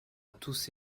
tous